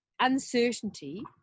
uncertainty